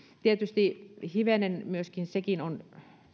tietysti hivenen on